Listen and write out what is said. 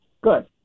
good